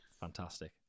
fantastic